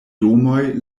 domoj